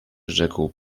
rzekł